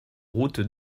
route